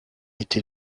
été